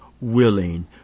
willing